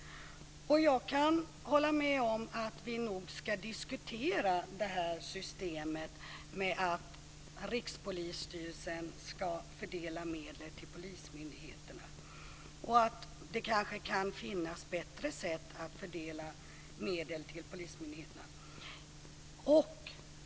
Jag kan hålla med om att vi nog ska diskutera det här systemet med att Rikspolisstyrelsen ska fördela medel till polismyndigheterna. Det kan kanske finnas bättre sätt att fördela medel till polismyndigheterna.